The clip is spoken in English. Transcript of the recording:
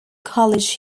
college